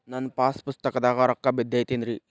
ನನ್ನ ಪಾಸ್ ಪುಸ್ತಕದಾಗ ರೊಕ್ಕ ಬಿದ್ದೈತೇನ್ರಿ?